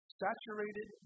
saturated